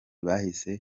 bahise